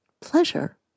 pleasure